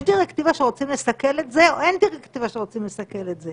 יש דירקטיבה שרוצים לסכל את זה או אין דירקטיבה שרוצים לסכל את זה?